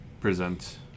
present